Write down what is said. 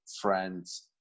friends